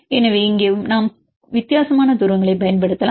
எனவே இங்கேயும் நாம் மிகவும் வித்தியாசமான தூரங்களை பயன்படுத்தலாம்